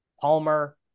palmer